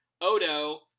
Odo